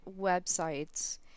websites